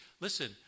Listen